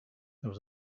there